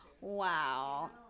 Wow